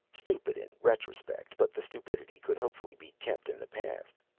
stupid in retrospect, but the stupidity could hopefully be kept in the past.